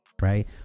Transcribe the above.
right